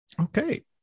Okay